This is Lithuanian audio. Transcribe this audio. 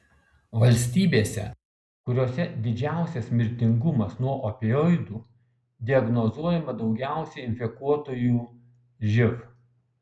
valstybėse kuriose didžiausias mirtingumas nuo opioidų diagnozuojama daugiausiai infekuotųjų živ